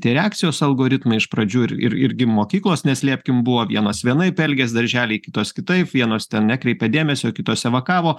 tie reakcijos algoritmai iš pradžių ir ir irgi mokyklos neslėpkim buvo vienos vienaip elgės darželiai kitos kitaip vienos ten nekreipė dėmesio kitos evakavo